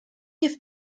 have